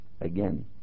Again